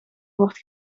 wordt